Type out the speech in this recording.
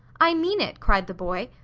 i mean it! cried the boy.